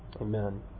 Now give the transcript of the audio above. Amen